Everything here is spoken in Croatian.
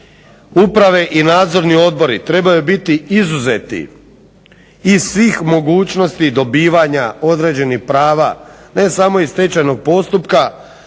Uprave i nadzorni odbori trebaju biti izuzeti iz svih mogućnosti dobivanja određenih prava ne samo iz stečajnog postupka,